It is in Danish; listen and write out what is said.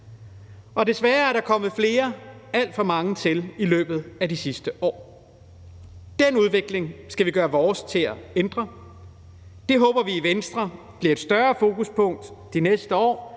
og desværre er der kommet flere, alt for mange, til i løbet af de sidste år. Den udvikling skal vi vi gøre vores til at ændre, og det håber vi i Venstre bliver et større fokuspunkt de næste år,